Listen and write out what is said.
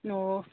ꯑꯣ